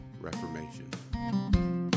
reformation